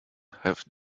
have